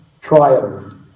trials